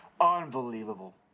Unbelievable